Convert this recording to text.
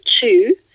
two